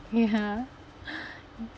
ya